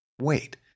wait